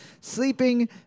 Sleeping